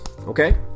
okay